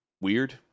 weird